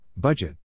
Budget